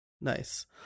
Nice